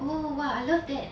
oh !wah! I love that